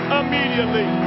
immediately